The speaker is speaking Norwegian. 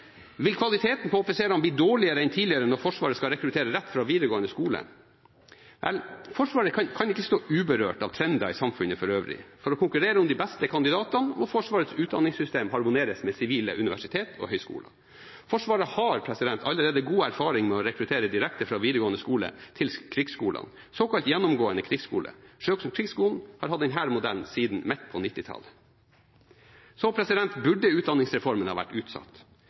Vil kvaliteten på offiserene bli dårligere enn tidligere når Forsvaret skal rekruttere rett fra videregående skole? Vel, Forsvaret kan ikke stå uberørt av trender i samfunnet for øvrig. For å konkurrere om de beste kandidatene må Forsvarets utdanningssystem harmoniseres med sivile universiteter og høyskoler. Forsvaret har allerede god erfaring med å rekruttere direkte fra videregående skole til krigsskolene, såkalt gjennomgående krigsskole. Sjøkrigsskolen har hatt denne modellen siden midten av 1990-tallet. Burde utdanningsreformen ha blitt utsatt?